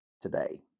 today